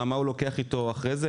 מה הוא לוקח אתו אחרי זה,